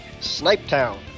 Snipetown